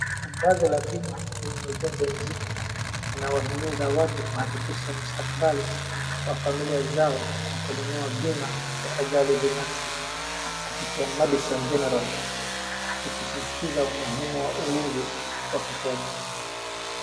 Tagazo la bima lenye ujumbe mzito linawahimiza watu kuhakikisha mstakabali wa famila zao kwa kununua bima ya ajali binafsi kupitia madison general ikisisitiza umuhimu wa ulinzi wa kifedha.